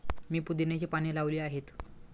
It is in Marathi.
मी पुदिन्याची पाने लावली आहेत